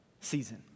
season